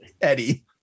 Eddie